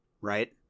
right